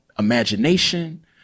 imagination